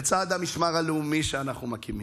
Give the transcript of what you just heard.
לצד המשמר הלאומי שאנחנו מקימים,